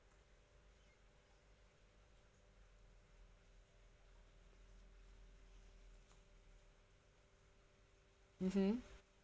mmhmm